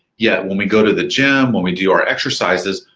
yet when we go to the gym, when we do our exercises,